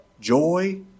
joy